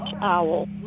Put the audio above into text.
owl